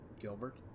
Gilbert